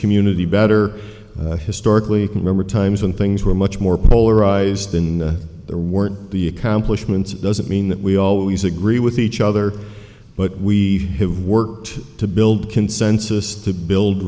community better historically remember times when things were much more polarized and there weren't the accomplishments doesn't mean that we always agree with each other but we have worked to build consensus to build